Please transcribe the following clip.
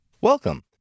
welcome